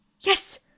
Yes